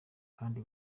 kandi